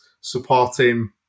supporting